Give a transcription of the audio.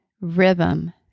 rhythm